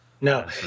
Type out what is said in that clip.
No